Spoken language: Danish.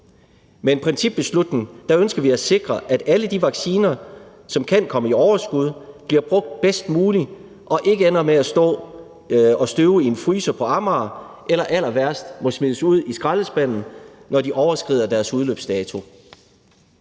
Med en principbeslutning ønsker vi at sikre, at alle de vacciner, som kan komme i overskud, bliver brugt bedst muligt og ikke ender med at stå og støve i en fryser på Amager eller allerværst må smides ud i skraldespanden, når de overskrider deres udløbsdato.